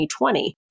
2020